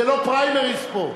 זה לא פריימריז פה.